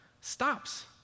stops